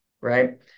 right